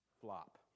flop